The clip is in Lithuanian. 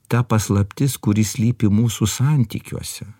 ta paslaptis kuri slypi mūsų santykiuose